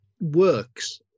works